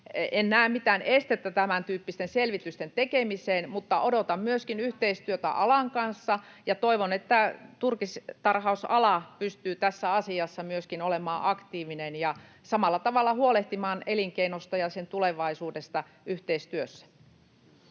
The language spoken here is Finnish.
en näe mitään estettä tämäntyyppisten selvitysten tekemiseen, mutta odotan myöskin yhteistyötä alan kanssa ja toivon, että turkistarhausala pystyy tässä asiassa myöskin olemaan aktiivinen ja samalla tavalla huolehtimaan elinkeinosta ja sen tulevaisuudesta yhteistyössä.